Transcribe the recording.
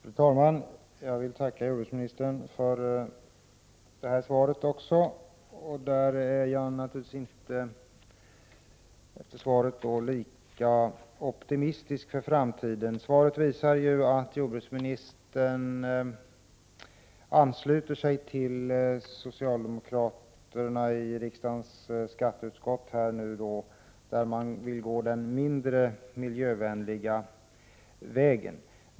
Fru talman! Jag vill tacka jordbruksministern för svaret. Men efter detta svar är jag naturligtvis inte längre lika optimistisk inför framtiden. Svaret visar att jordbruksministern nu ansluter sig till socialdemokraterna i riksdagens skatteutskott, som vill gå den mindre miljövänliga vägen.